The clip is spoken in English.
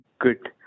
good